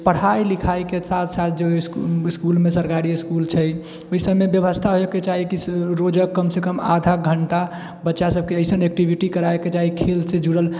पढ़ाइ लिखाइके साथ साथ जो इसकुलमे सरकारी इसकुल छै ओहि सबमे व्यवस्था होएके चाही कि रोज कमसँ कम आधा घण्टा बच्चा सबके ऐसन ऐक्टिविटी कराबैके चाही खेल से जुड़ल जे